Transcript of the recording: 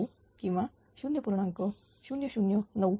0979 किंवा 0